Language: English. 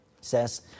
says